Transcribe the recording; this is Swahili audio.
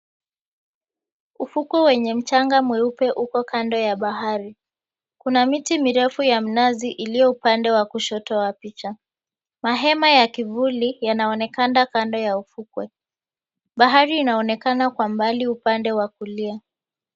Ufukwe wenye mchanga mweupe uko kando ya bahari. Kuna miti mirefu ya minazi iliyo upande wa kushoto wa picha. Mahema ya kivuli yanaonekana kando ya ufukwe. Bahari inaonekana kwa mbali upande wa kulia.